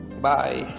Bye